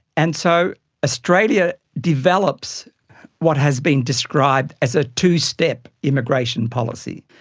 and so australia develops what has been described as a two-step immigration policy.